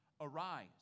Arise